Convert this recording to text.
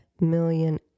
million